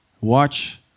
watch